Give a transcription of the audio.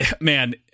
man